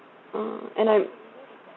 oh and I'm